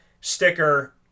sticker